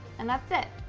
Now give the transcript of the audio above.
and that's it.